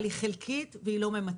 אבל היא חלקית ולא ממצה.